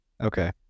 Okay